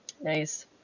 Nice